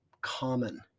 common